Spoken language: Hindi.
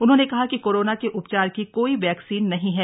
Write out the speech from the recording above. उन्होंने कहा कि कोरोना के उपचार की कोई वैक्सीन नहीं है